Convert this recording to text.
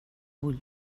vull